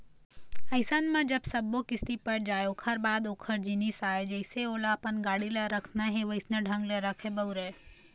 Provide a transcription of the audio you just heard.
अइसन म जब सब्बो किस्ती पट जाय ओखर बाद ओखर जिनिस आय जइसे ओला अपन गाड़ी ल रखना हे वइसन ढंग ले रखय, बउरय